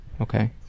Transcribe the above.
Okay